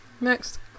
Next